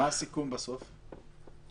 מה הסיכום בסוף עם המספרים?